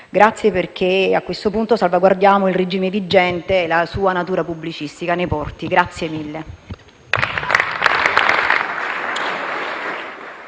Grazie, perché a questo punto salvaguardiamo il regime vigente e la sua natura pubblicistica nei porti. Grazie mille.